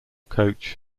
coach